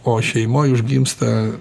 o šeimoj užgimsta